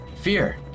Fear